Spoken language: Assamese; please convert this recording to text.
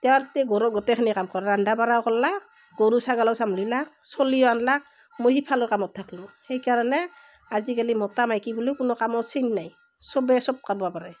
তেওঁৰতে ঘৰৰ গোটেই খিনি কাম কৰে ৰন্ধা বঢ়াও কৰলাক গৰু ছাগলীও চম্ভলিলাক চলিও আনলাক মই সিফালৰ কামত থাকিলোঁ সেই কাৰণে আজিকালি মতা মাইকী বুলি কোনো কামৰ চিন নাই চবেই চব কৰিব পাৰে